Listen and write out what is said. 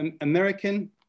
American